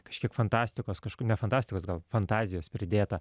kažkiek fantastikos ne fantastikos gal fantazijos pridėta